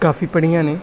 ਕਾਫੀ ਪੜ੍ਹੀਆਂ ਨੇ